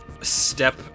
step